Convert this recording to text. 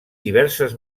diverses